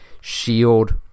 shield